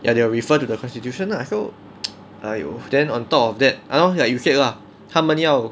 ya they will refer to the constitution lah so !aiyo! then on top of that !hannor! like you said lah 他们要